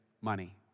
money